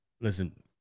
listen